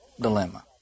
dilemma